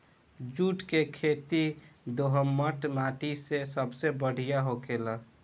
जुट के खेती दोहमट माटी मे सबसे बढ़िया होखेला